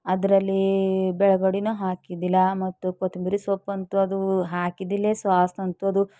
ಅದ್ರಲ್ಲಿ ಬ್ಯಾಳಗಡಿನೂ ಹಾಕಿದ್ದಿಲ್ಲ ಮತ್ತು ಕೊತ್ತಂಬರಿ ಸೊಪ್ಪು ಅಂತದ್ದೂ ಹಾಕಿದ್ದಿಲ್ಲ ಸಾಸ್ ಅಂತದು